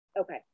Okay